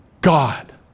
God